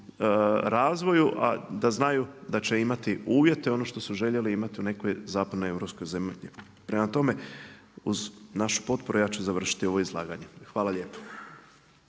razvoju a da znaju da će imati uvjete, ono što su željeli imati u nekoj zapadno europskoj zemlji. Prema tome, uz našu potporu ja ću završiti ovo izlaganje. Hvala lijepo.